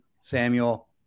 Samuel